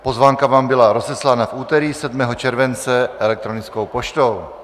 Pozvánka vám byla rozeslána v úterý 7. července elektronickou poštou.